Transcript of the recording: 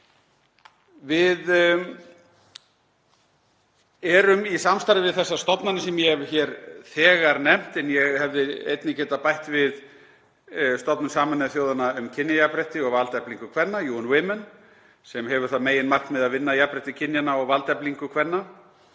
Við erum í samstarfi við þessar stofnanir sem ég hef þegar nefnt en ég hefði einnig getað bætt við stofnun Sameinuðu þjóðanna um kynjajafnrétti og valdeflingu kvenna, UN Women, sem hefur það meginmarkmið að vinna að jafnrétti kynjanna og valdeflingu kvenna.